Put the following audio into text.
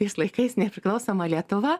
tais laikais nepriklausoma lietuva